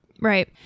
Right